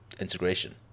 integration